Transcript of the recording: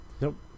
nope